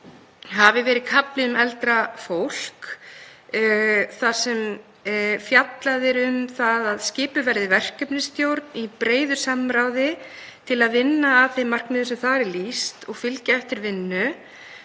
hafi verið kafli um eldra fólk þar sem fjallað er um að skipuð verði verkefnisstjórn í breiðu samráði til að vinna að þeim markmiðum sem þar er lýst og fylgja eftir vinnu.